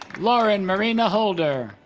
lauren marina holder